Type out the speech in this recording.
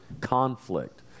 conflict